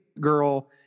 girl